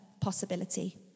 possibility